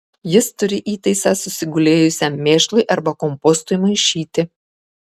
jis turi įtaisą susigulėjusiam mėšlui arba kompostui maišyti